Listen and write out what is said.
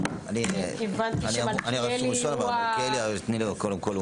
כי הבנתי שמחכה לי אירוע --- קודם כל,